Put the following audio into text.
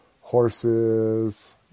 Horses